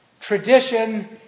Tradition